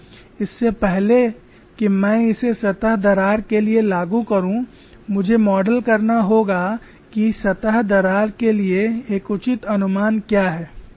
इससे पहले कि मैं इसे सतह दरार के लिए लागू करूं मुझे मॉडल करना होगा कि सतह दरार के लिए एक उचित अनुमान क्या है